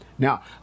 Now